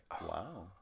Wow